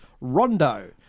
Rondo